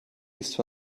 ist